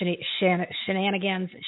shenanigans